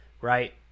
right